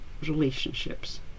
relationships